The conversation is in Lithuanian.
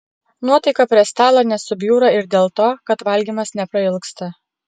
nuotaika prie stalo nesubjūra ir dėl to kad valgymas neprailgsta